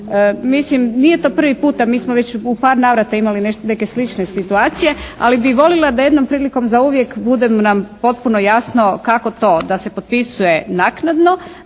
Mislim, nije to prvi puta. Mi smo već u par navrata imali nešto, neke slične situacije. Ali bi voljela da jednom prilikom zauvijek bude nam potpuno jasno kako to da se potpisuje naknadno.